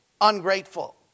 ungrateful